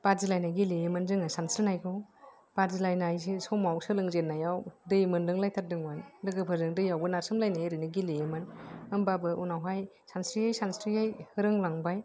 बादिलायनाय गेलेयोमोन जोङो सानस्रिनायखौ बादिलायनाय जे समाव सोलोंजेननायाव दै मोनलों लायथारदोंमोन लोगोफोरजों दैयावबो नारसोमलायनाय ओरैनो गेलेयोमोन होमबाबो उनावहाय सानस्रियै सानस्रियै रोंलांबाय